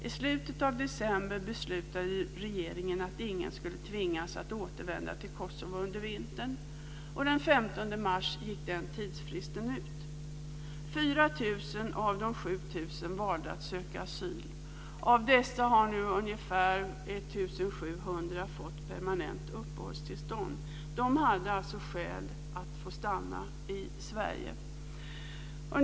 I slutet av december beslutade regeringen att ingen skulle tvingas återvända till Kosovo under vintern. Den 15 mars gick den tidsfristen ut. Av de 7 000 valde 4 000 att söka asyl och av dessa har nu ungefär 1 700 fått permanent uppehållstillstånd. De hade alltså skäl att få stanna i Sverige.